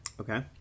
Okay